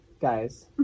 guys